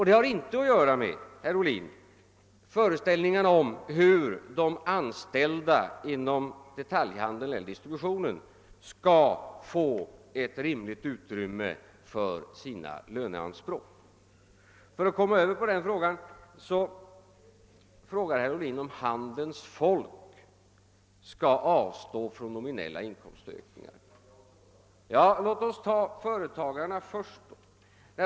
Det har inte, herr Ohlin, att göra med föreställningarna om hur de anställda inom detaljhandeln eller distributionen skall få ett rimligt utrymme för sina löneanspråk. Herr Ohlin frågade om handelns folk skall avstå från nominella inkomstökningar. Ja, låt oss ta företagarna först då!